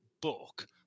book